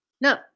No